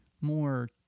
more